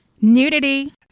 nudity